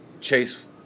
chase